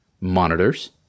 monitors